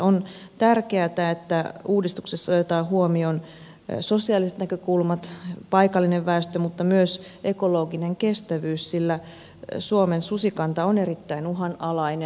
on tärkeätä että uudistuksessa otetaan huomioon sosiaaliset näkökulmat paikallinen väestö mutta myös ekologinen kestävyys sillä suomen susikanta on erittäin uhanalainen